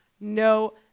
no